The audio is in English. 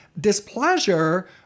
displeasure